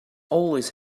always